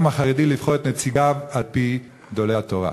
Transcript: החרדי לבחור את נציגיו על-פי גדולי התורה.